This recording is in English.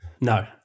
No